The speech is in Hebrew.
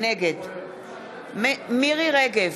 נגד מירי רגב,